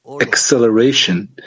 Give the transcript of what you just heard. acceleration